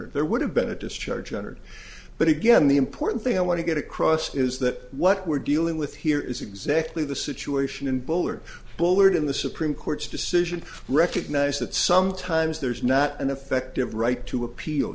under there would have been a discharge under but again the important thing i want to get across is that what we're dealing with here is exactly the situation in boulder bullard in the supreme court's decision to recognize that sometimes there's not an effective right to appeal